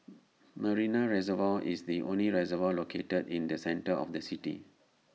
Marina Reservoir is the only reservoir located in the centre of the city